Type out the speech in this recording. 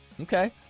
Okay